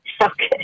Okay